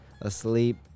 asleep